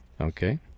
Okay